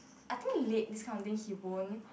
I think he late this kind of thing he won't